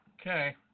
Okay